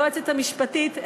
היועצת המשפטית,